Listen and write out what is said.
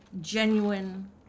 genuine